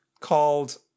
called